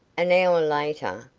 an hour later,